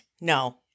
no